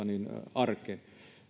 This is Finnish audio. arkeen